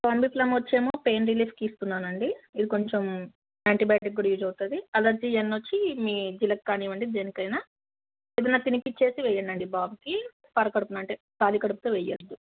కాన్బీఫ్లమ్ వచ్చి ఏమో పెయిన్ రిలీఫ్కి ఇస్తున్నాను అండి ఇది కొంచెం యాంటీబయోటిక్ కూడా యూస్ అవుతుంది అలర్జీయన్ వచ్చి మీ జిలకి కానివ్వండి దేనికైనా ఏదన్నా తినిపించి వేయండి బాబుకి పర కడుపున అంటే ఖాళీ కడుపుతే వేయద్దు